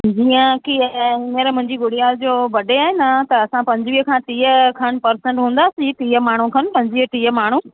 जीअं की हीअंर मुंहिंजी गुड़िया जो बडे आहे न त असां पंजवीह खां टीह खनि पर्सन हुंदासीं टीह माण्हूं खनि पंजवीह टीह माण्हूं